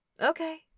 Okay